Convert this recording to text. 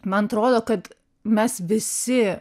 man atrodo kad mes visi